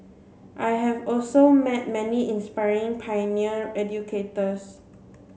I have also met many inspiring pioneer educators